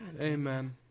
Amen